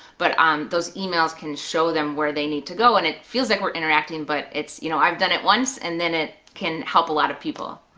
but um those emails can show them where they need to go and it feels like we're interacting but it's you know i've done it once and then it can help a lot of people.